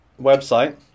website